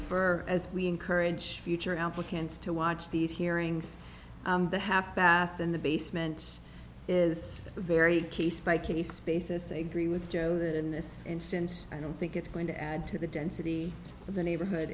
for as we encourage future applicants to watch these hearings the half bath in the basement is a very case by case basis i agree with joe that in this instance i don't think it's going to add to the density of the neighborhood